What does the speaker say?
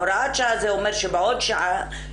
הוראת שעה זה אומר שבעוד שנה,